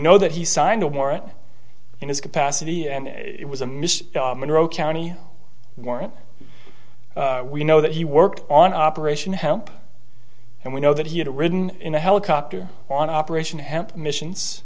know that he signed a warrant in his capacity and it was a miss monroe county warrant we know that he worked on operation help and we know that he had ridden in a helicopter on operation help missions